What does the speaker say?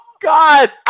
God